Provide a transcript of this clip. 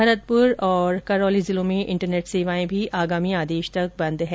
भरतपुर और करौली जिलों में इंटरनेट सेवाएं भी आगामी आदेश तक बंद हैं